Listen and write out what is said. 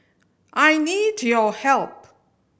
I need your help